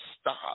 stop